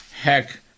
heck